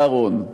ירון,